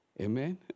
Amen